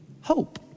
hope